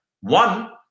One